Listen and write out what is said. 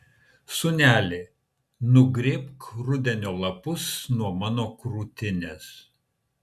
sūneli nugrėbk rudenio lapus nuo mano krūtinės